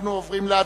אנחנו עוברים להצבעה